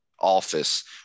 office